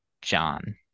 John